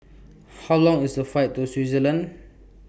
How Long IS The Flight to Switzerland